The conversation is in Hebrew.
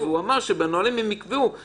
הוא אמר שבנהלים הם יקבעו.